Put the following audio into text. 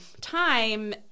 time